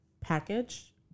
package